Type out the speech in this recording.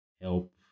help